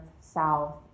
south